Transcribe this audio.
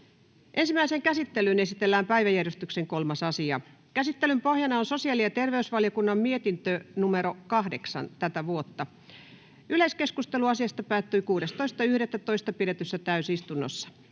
Ensimmäiseen käsittelyyn esitellään päiväjärjestyksen 4. asia. Käsittelyn pohjana on sosiaali- ja terveysvaliokunnan mietintö StVM 9/2023 vp. Yleiskeskustelu asiasta päättyi 16.11.2023 pidetyssä täysistunnossa.